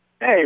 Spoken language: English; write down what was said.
hey